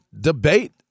debate